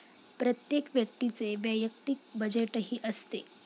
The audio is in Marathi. प्रत्येक व्यक्तीचे वैयक्तिक बजेटही असते